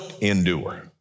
endure